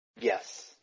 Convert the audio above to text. yes